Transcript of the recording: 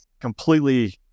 Completely